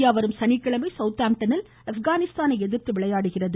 India வரும் சனிக்கிழமை South ஆம்டனில் ஆப்கானிஸ்தானை எதிர்த்து விளையாடுகிறது